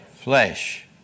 flesh